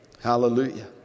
Hallelujah